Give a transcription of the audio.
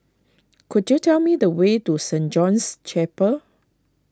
could you tell me the way to Saint John's Chapel